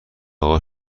اقا